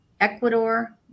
Ecuador